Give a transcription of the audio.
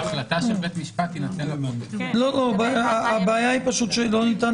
ההחלטה של בית משפט- -- הבעיה שלא ניתן